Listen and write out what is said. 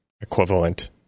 equivalent